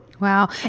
Wow